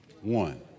one